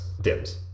dims